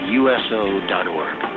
uso.org